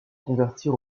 convertir